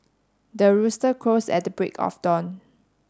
the rooster crows at the break of dawn